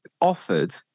offered